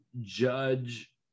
judge